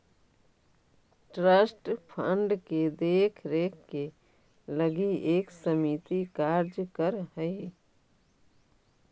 trust fund के देख रेख के लगी एक समिति कार्य कर हई